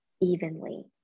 evenly